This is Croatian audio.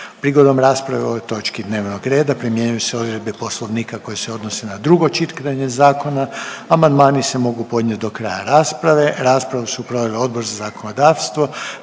Prigodom rasprave o ovoj točki dnevnog reda primjenjuju se odredbe Poslovnika koje se odnose na drugo čitanje zakona. Amandmani se mogu podnijet do kraja rasprave. Raspravu su proveli Odbor za zakonodavstvo,